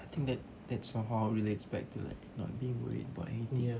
I think that that somehow relate back to like not being worried about anything